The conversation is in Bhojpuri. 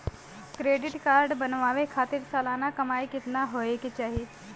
क्रेडिट कार्ड बनवावे खातिर सालाना कमाई कितना होए के चाही?